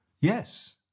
Yes